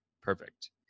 perfect